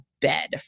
bed